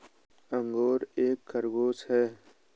angora एक खरगोश है